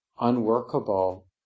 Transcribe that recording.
unworkable